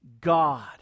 God